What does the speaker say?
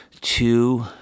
Two